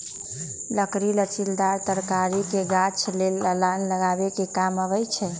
लकड़ी लत्तिदार तरकारी के गाछ लेल अलान लगाबे कें काम अबई छै